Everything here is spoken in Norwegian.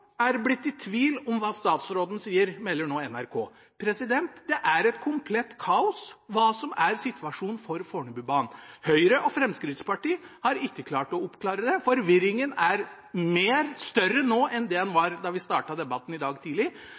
Oslo er blitt i tvil om hva statsråden sier, melder nå NRK. Hva som er situasjonen for Fornebubanen, er et komplett kaos. Høyre og Fremskrittspartiet har ikke klart å oppklare det. Forvirringen er større nå enn den var da vi startet debatten i dag tidlig,